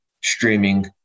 streaming